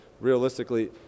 realistically